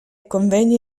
convegni